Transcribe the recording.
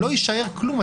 לא יישאר כלום,